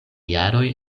jaroj